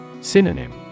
Synonym